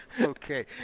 Okay